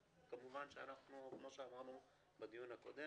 כמובן שאנחנו כמו שאמרנו בדיון הקודם,